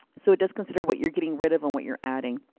so it does consider what you're getting rid of and what you're adding.